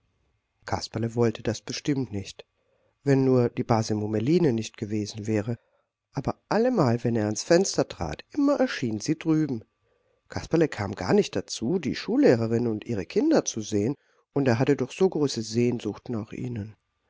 kasperle wollte das bestimmt nicht wenn nur die base mummeline nicht gewesen wäre aber allemal wenn er ans fenster trat immer erschien sie drüben kasperle kam gar nicht dazu die schullehrerin und ihre kinder zu sehen und er hatte doch so große sehnsucht nach ihnen